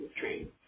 dream